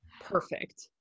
perfect